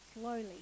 slowly